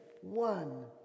one